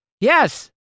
Yes